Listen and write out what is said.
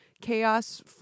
chaos